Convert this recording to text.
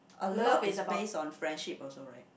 a lot is based on friendship also right